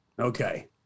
Okay